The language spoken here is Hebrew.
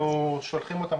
אנחנו שולחים אותם,